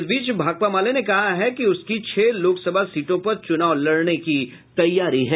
इस बीच भाकपा माले ने कहा है कि उसकी छह लोकसभा सीटों पर चुनाव लड़ने की तैयारी है